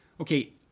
okay